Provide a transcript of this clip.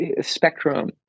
spectrum